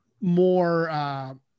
more